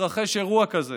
מתרחש אירוע כזה